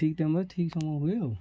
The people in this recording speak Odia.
ଠିକ୍ ଟାଇମ୍ରେ ଠିକ୍ ସମୟ ହୁଏ ଆଉ